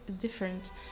different